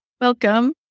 Welcome